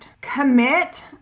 Commit